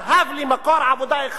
הב לי מקום עבודה אחד,